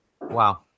Wow